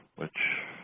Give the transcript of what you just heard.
which